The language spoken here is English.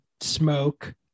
smoke